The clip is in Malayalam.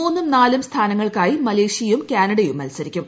മൂന്നും നാലും സ്ഥാനങ്ങൾക്കായി മലേഷ്യയും കാനഡയും മത്സരിക്കും